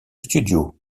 studio